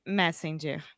messenger